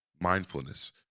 mindfulness